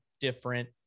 different